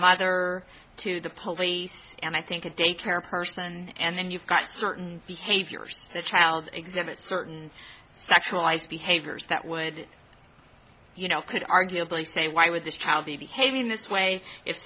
mother to the police and i think a daycare person and then you've got certain behaviors that child exhibits certain sexualized behaviors that would you know could arguably say why would this child be behaving this way if